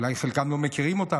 אולם חלקם לא מכירים אותה,